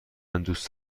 دوست